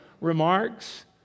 remarks